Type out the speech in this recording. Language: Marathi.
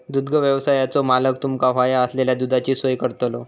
दुग्धव्यवसायाचो मालक तुमका हव्या असलेल्या दुधाची सोय करतलो